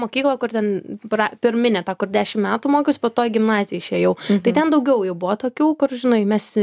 mokyklą kur ten bra pirminę tą kur dešim metų mokiausi po to į gimnaziją išėjau tai ten daugiau jau buvo tokių kur žinai mes